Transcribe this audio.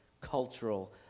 cultural